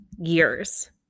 years